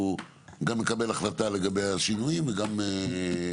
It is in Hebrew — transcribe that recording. אנחנו גם נקבל החלטה לגבי השינויים וגם נצביע.